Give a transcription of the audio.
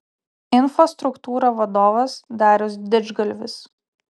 infostruktūra vadovas darius didžgalvis